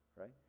right